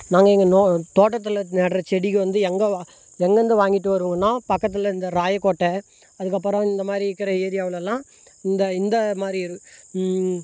நாங்கள் எங்கள் தோட்டத்தில் நடுற செடிக்கு வந்து எங்கே எங்கேருந்து வாங்கிவிட்டு வருவோனால் பக்கத்தில் இந்த ராய கோட்டை அதுக்கப்புறம் இந்த மாதிரி இருக்க ஏரியாவுலெலாம் இந்த இந்த மாதிரி